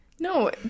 No